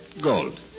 Gold